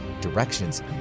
directions